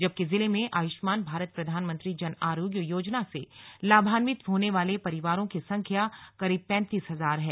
जबकि जिले में आयुष्मान भारत प्रधानमंत्री जन आरोग्य योजना से लाभान्वित होने वाले परिवारों की संख्या करीब पैंतीस हजार है